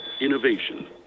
Innovation